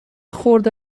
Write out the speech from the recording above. خورده